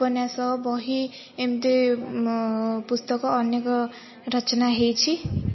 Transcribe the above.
ଉପନ୍ୟାସ ବହି ଏମିତି ପୁସ୍ତକ ଅନେକ ରଚନା ହୋଇଛି